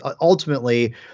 ultimately